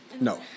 No